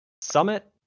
Summit